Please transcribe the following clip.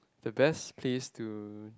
the best place to